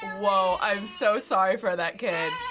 whoa, i'm so sorry for that kid.